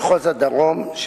מחוז הדרום,